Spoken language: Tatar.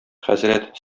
хәзрәт